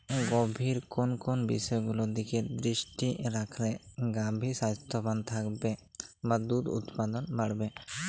গাভীর কোন কোন বিষয়গুলোর দিকে দৃষ্টি রাখলে গাভী স্বাস্থ্যবান থাকবে বা দুধ উৎপাদন বাড়বে?